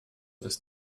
ist